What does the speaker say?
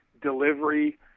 delivery